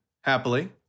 happily